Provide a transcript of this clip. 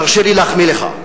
תרשה לי להחמיא לך,